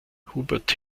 hubert